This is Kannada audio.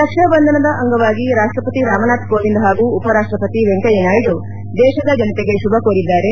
ರಕ್ಷಾ ಬಂಧನದ ಅಂಗವಾಗಿ ರಾಷ್ಟ್ಕಪತಿ ರಾಮನಾಥ್ ಕೋವಿಂದ್ ಹಾಗು ಉಪರಾಷ್ಟ್ಕಪತಿ ವೆಂಕಯ್ನನಾಯ್ಡು ದೇಶದ ಜನತೆಗೆ ಶುಭ ಕೋರಿದ್ದಾರೆ